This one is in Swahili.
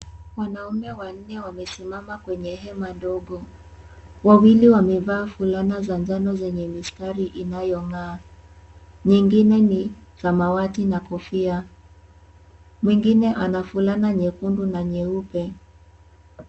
Wanaume wanne wamesimama kwenye hema ndogo, wawili wamevaa fulana za njano zenye mistqri inayongaa, nyingine ni samawati na kofia, mwingine ana fulana nyekundu na nyeupe.